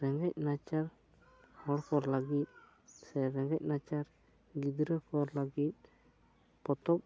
ᱨᱮᱸᱜᱮᱡ ᱱᱟᱪᱟᱨ ᱦᱚᱲ ᱠᱚ ᱞᱟᱹᱜᱤᱫ ᱥᱮ ᱨᱮᱸᱜᱮᱡ ᱱᱟᱪᱟᱨ ᱜᱤᱫᱽᱨᱟᱹ ᱠᱚ ᱞᱟᱹᱜᱤᱫ ᱯᱚᱛᱚᱵ